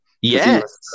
Yes